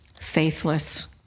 faithless